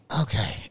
Okay